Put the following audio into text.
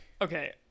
Okay